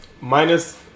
Minus